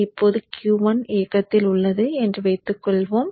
இப்போது Q1 இயக்கத்தில் உள்ளது என்று வைத்துக்கொள்வோம்